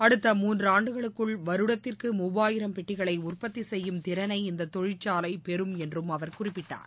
அடுத்த மூன்றாண்டுகளுக்குள் வருடத்திற்கு மூவாயிரம் பெட்டிகளை உற்பத்தி செய்யும் திறளை இந்த தொழிற்சாலை பெறும் என்றும் அவர் குறிப்பிட்டார்